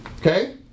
Okay